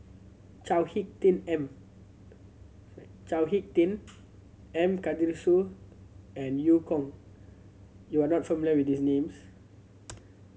Chao Hick Tin M Chao Hick Tin and Karthigesu and Eu Kong you are not familiar with these names